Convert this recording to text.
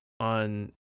on